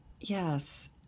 Yes